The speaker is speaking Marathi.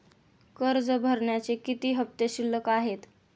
कर्ज भरण्याचे किती हफ्ते शिल्लक आहेत?